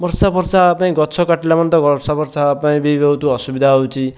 ବର୍ଷା ଫର୍ଷା ହେବା ପାଇଁ ଗଛ କାଟିଲା ମାନେ ତ ବର୍ଷା ଫର୍ଷା ହେବା ପାଇଁ ବି ବହୁତ ଅସୁବିଧା ହେଉଛି